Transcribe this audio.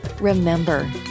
remember